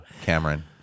Cameron